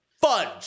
fudge